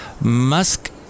Musk